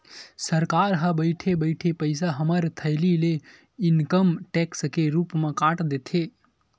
सरकार ह बइठे बइठे पइसा हमर थैली ले इनकम टेक्स के रुप म काट देथे